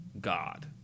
God